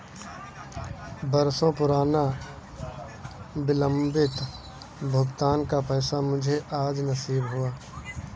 बरसों पुराना विलंबित भुगतान का पैसा मुझे आज नसीब हुआ है